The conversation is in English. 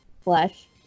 flesh